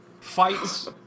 fights